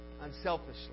Unselfishly